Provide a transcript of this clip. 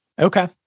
Okay